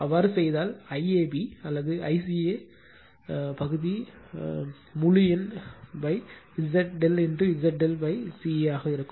அவ்வாறு செய்தால் IAB அல்லது ICA பகுதி முழு எண் Z ∆ Z ∆ CA ஆக இருக்கும்